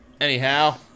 Anyhow